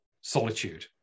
solitude